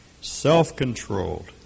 self-controlled